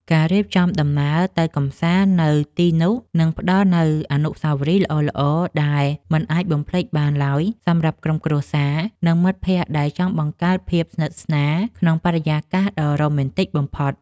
ការរៀបចំដំណើរទៅកម្សាន្តនៅទីនោះនឹងផ្តល់នូវអនុស្សាវរីយ៍ល្អៗដែលមិនអាចបំភ្លេចបានឡើយសម្រាប់ក្រុមគ្រួសារ និង មិត្តភក្តិដែលចង់បង្កើតភាពស្និទ្ធស្នាលក្នុងបរិយាកាសដ៏រ៉ូមែនទិកបំផុត។